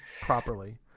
properly